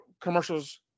commercials